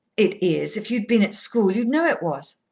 it is. if you'd been at school you'd know it was.